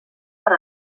per